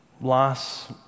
loss